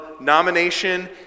nomination